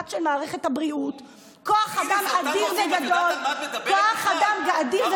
הכוח לאכוף את זה דה פקטו,